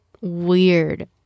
weird